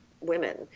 women